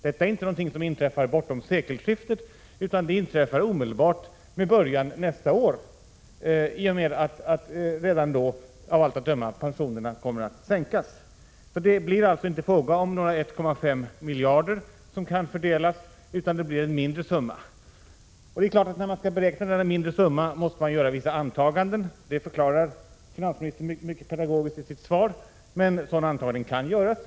Det här inträffar inte bortom sekelskiftet utan omedelbart, med början nästa år i och med att pensionerna av allt att döma kommer att sänkas redan då. Det blir alltså inte fråga om 1,5 miljarder kronor som kan fördelas, utan det blir en mindre summa. När man skall beräkna denna mindre summa måste man naturligtvis göra vissa antaganden, vilket också finansministern mycket pedagogiskt förklarar i sitt svar. Sådana antaganden kan göras.